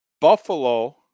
Buffalo